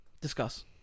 discuss